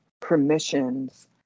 permissions